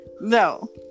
No